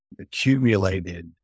accumulated